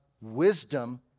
wisdom